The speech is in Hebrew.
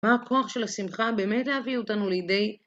מה הכוח של השמחה באמת להביא אותנו לידי?